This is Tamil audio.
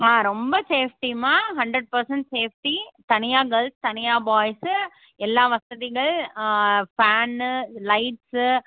மா ரொம்ப சேஃப்ட்டிம்மா ஹண்ரட் பர்சென்ட் சேஃப்ட்டி தனியாக கேர்ள்ஸ் தனியாக பாய்ஸு எல்லா வசதிகள் ஃபேன்னு லைட்ஸு